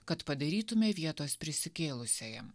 kad padarytume vietos prisikėlusiajam